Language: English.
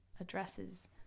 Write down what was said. addresses